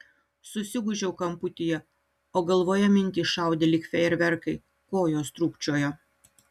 susigūžiau kamputyje o galvoje mintys šaudė lyg fejerverkai kojos trūkčiojo